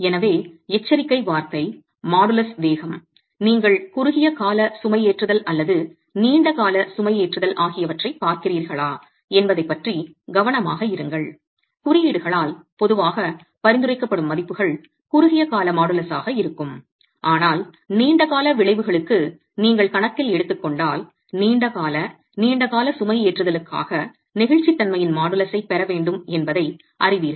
எனவே எச்சரிக்கை வார்த்தை மாடுலஸ் வேகம் நீங்கள் குறுகிய கால சுமைஏற்றுதல் அல்லது நீண்ட கால சுமைஏற்றுதல் ஆகியவற்றைப் பார்க்கிறீர்களா என்பதைப் பற்றி கவனமாக இருங்கள் குறியீடுகளால் பொதுவாக பரிந்துரைக்கப்படும் மதிப்புகள் குறுகிய கால மாடுலஸாக இருக்கும் ஆனால் நீண்ட கால விளைவுகளுக்கு நீங்கள் கணக்கில் எடுத்துக்கொண்டால் நீண்ட கால நீண்ட கால சுமைஏற்றுதலுக்காக நெகிழ்ச்சித்தன்மையின் மாடுலஸைப் பெற வேண்டும் என்பதை அறிவீர்கள்